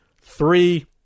three